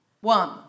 One